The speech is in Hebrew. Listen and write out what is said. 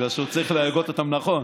בגלל שהוא צריך להגות אותם נכון.